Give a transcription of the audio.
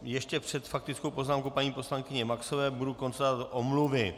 Ještě před faktickou poznámkou paní poslankyně Maxové budu konstatovat omluvy.